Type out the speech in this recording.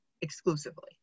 exclusively